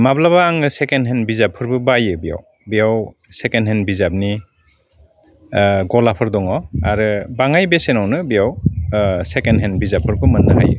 माब्लाबा आङो second hand बिजाबफोरबो बायो बेयाव बेयाव सेकेन्ड हेन्ड बिजाबनि गलाफोर दङ आरो बाङाइ बेसेनावनो बेयाव सेकेन्ड हेन्ड बिजाबफोरखौ मोन्नो हायो